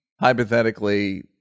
hypothetically